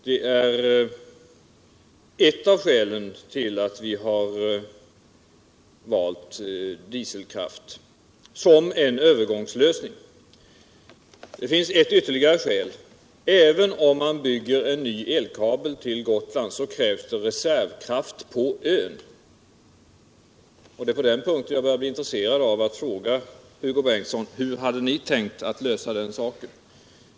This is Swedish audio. Det är eu av skälen till au vi har valt dieselkratt som en övergångslösning. Det finns ytterligare ett skäl. Även om man bygger en ny elkabel till Gotland. så krävs det reservkraftt på ön. På den punkten är jag intresserad av au fråga Hugo Bengtsson: Hur hade ni tänkt att lösa den saken?